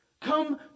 Come